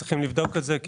צריך לבדוק את זה.